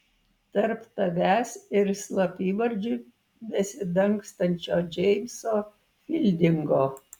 tarp tavęs ir slapyvardžiu besidangstančio džeimso fildingo